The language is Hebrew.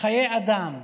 חיי אדם,